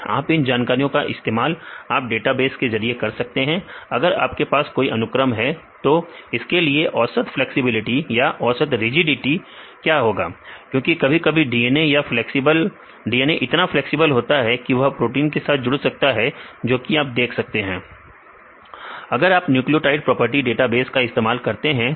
आप इन जानकारियों का इस्तेमाल आप डेटाबेस के जरिए कर सकते हैं अगर आपके पास कोई अनुक्रम है तो इसके लिए औसत फ्लैक्सिबिलिटी या औसत रिजेडिटी क्या होगा क्योंकि कभी कभी DNA इतना फ्लैक्सिबल होता है कि वह प्रोटीन के साथ जुड़ सकता है जो कि आप देख सकते हैं अगर आप न्यूक्लियोटाइड प्रॉपर्टी डेटाबेस का इस्तेमाल करते हैं तो